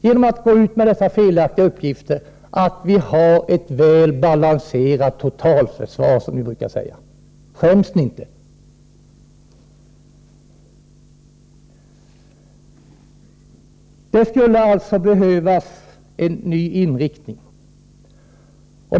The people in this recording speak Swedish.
Genom att gå ut med dessa felaktiga uppgifter inbillar ni svenska folket att vi har ett väl balanserat totalförsvar, som ni brukar säga. Skäms ni inte? Det skulle alltså behövas en ny inriktning.